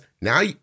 Now